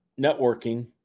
networking